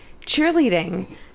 cheerleading